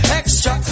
extra